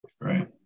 Right